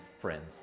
friends